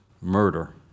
murder